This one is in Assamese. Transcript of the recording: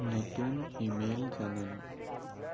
নতুন ইমেইল জাননী